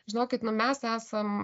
žinokit nu mes esam